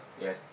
Yes